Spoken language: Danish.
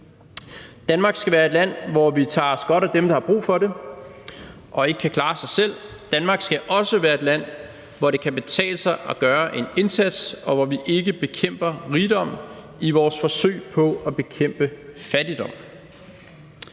Danmark skal være et land, hvor vi tager os godt af dem, der har brug for det og ikke kan klare sig selv. Danmark skal også være et land, hvor det kan betale sig at gøre en indsats, og hvor vi ikke bekæmper rigdom i vores forsøg på at bekæmpe fattigdom.